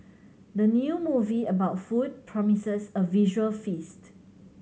the new movie about food promises a visual feast